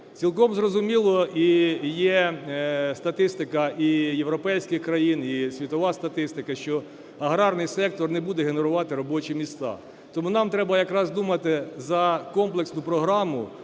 Цілком зрозуміло, і є статистика і європейських країн, і світова статистика, що аграрний сектор не буде генерувати робочі місця. Тому нам треба якраз думати за комплексну програму